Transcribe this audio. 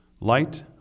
light